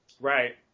Right